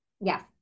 yes